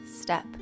step